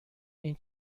این